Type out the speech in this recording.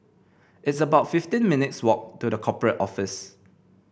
it's about fifteen minutes' walk to The Corporate Office